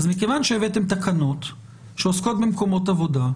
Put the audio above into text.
מכיוון שהבאתם תקנות שעוסקות במקומות עבודה,